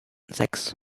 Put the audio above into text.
sechs